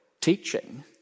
teaching